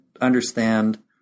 understand